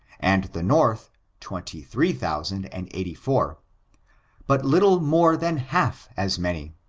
and the north twenty-three thousand and eighty-four a but little more than half as many.